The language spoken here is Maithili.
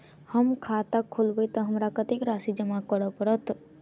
हम खाता खोलेबै तऽ हमरा कत्तेक राशि जमा करऽ पड़त?